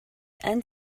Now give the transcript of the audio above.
end